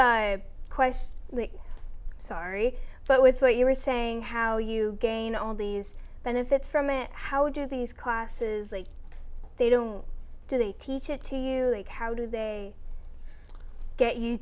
h question the sorry but with what you are saying how you gain all these benefits from it how do these classes like they don't do they teach it to you like how do they that you